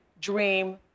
dream